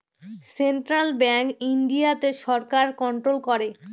central bank ইন্ডিয়াতে সরকার control করে